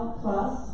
plus